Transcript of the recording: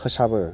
फोसाबो